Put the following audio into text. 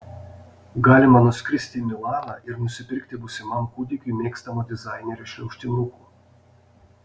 galima nuskristi į milaną ir nusipirkti būsimam kūdikiui mėgstamo dizainerio šliaužtinukų